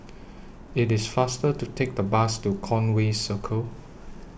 IT IS faster to Take The Bus to Conway Circle